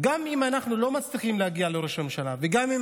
גם אם אנחנו לא מצליחים להגיע לראש הממשלה וגם אם